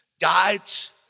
guides